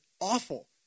awful